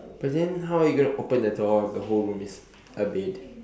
but then how you gonna open the door if the whole room is a bed